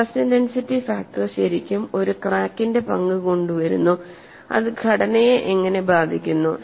stress intensity factor ശരിക്കും ഒരു ക്രാക്കിന്റെ പങ്ക് കൊണ്ടുവരുന്നു അത് ഘടനയെ എങ്ങനെ ബാധിക്കുന്നു